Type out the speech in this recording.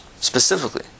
specifically